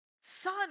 son